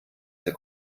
der